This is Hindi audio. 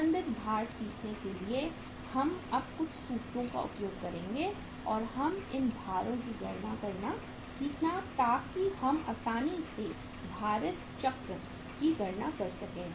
संबंधित भार सीखने के लिए हम अब कुछ सूत्रों का उपयोग करेंगे और हम इन भारों की गणना करना सीखना ताकि हम आसानी से भारित चक्र की गणना कर सकें